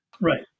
right